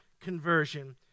conversion